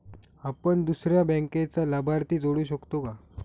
आपण दुसऱ्या बँकेचा लाभार्थी जोडू शकतो का?